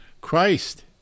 Christ